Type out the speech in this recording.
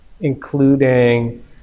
including